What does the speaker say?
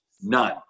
none